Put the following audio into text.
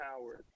Howard